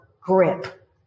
grip